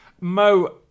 Mo